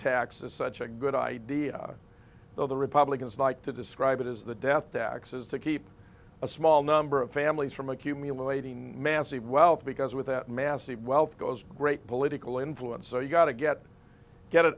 tax is such a good idea though the republicans like to describe it as the death taxes to keep a small number of families from accumulating massive wealth because with that massive wealth goes great political influence so you've got to get get it